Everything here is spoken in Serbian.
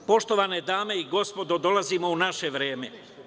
Poštovane dame i gospodo dolazimo u naše vreme.